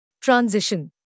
Transition